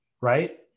right